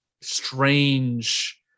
strange